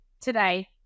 today